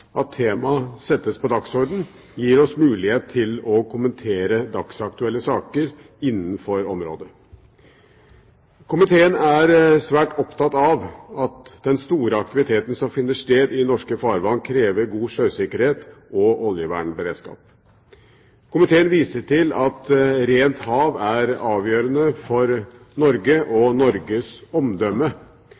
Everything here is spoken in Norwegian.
at temaet settes på dagsordenen, gir oss mulighet til å kommentere dagsaktuelle saker innenfor området. Komiteen er svært opptatt av at den store aktiviteten som finner sted i norske farvann, krever god sjøsikkerhet og oljevernberedskap. Komiteen viser til at rent hav er avgjørende for Norge og Norges omdømme,